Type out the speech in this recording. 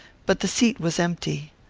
but the seat was empty.